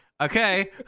okay